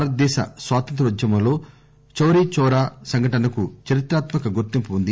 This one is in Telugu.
భారత దేశ స్వాతంత్రోద్యమంలో చౌరీ చౌరా సంఘటనకు చరిత్రాత్మక గుర్తింపు ఉంది